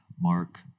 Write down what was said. Mark